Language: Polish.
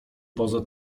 poza